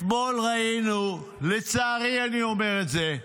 אתמול ראינו, לצערי אני אומר את זה,